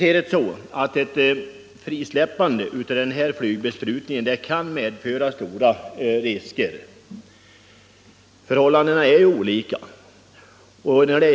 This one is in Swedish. Ett sådant frisläppande kan medföra stora risker. Förhållandena är olika inom olika områden.